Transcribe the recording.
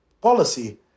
policy